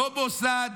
לא מוסד,